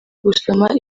gusoma